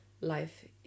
life